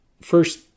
first